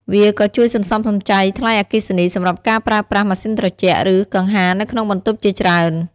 វាក៏ជួយសន្សំសំចៃថ្លៃអគ្គិសនីសម្រាប់ការប្រើប្រាស់ម៉ាស៊ីនត្រជាក់ ឬកង្ហារនៅក្នុងបន្ទប់ជាច្រើន។